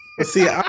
See